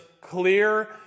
clear